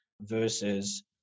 Versus